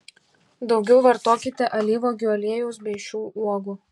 daugiau vartokite alyvuogių aliejaus bei šių uogų